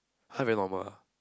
!huh! very normal ah